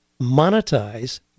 monetize